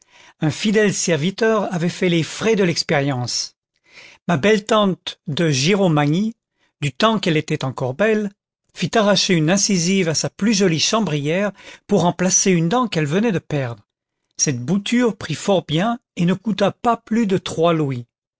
un fidèle serviteur avait fait les frais de l'expérience ma belle tante de giromagny du temps qu'elle était encore belle fit arracher une incisive à sa plus jolie chambrière pour remplacer une dent qu'elle venait de perdre cette bouture prit fort bien et ne coûta pas plus de trois louis